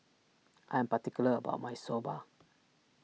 I am particular about my Soba